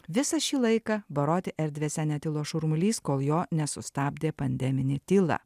visą šį laiką baroti erdvėse netilo šurmulys kol jo nesustabdė pandeminė tyla